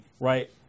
right